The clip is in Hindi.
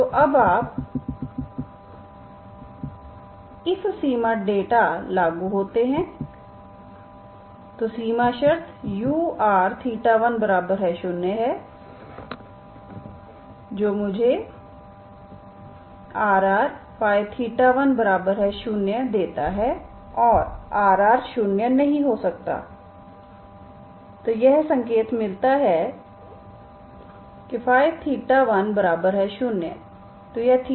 तो अब आप इस सीमा डेटा लागू होते हैं तो सीमा शर्त ur10 हैं मुझे Rrϴ10 देता है और R शून्य नहीं हो सकता है तो यह संकेत मिलता है Θ10